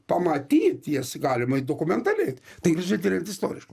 pamatyt jas galima ir dokumentaliai tai žiūrėt yra istoriškai